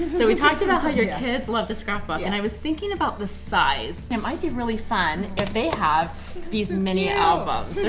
so we talked about how your kids love to scrapbook, and i was thinking about the size, and it might be really fun if they have these mini albums.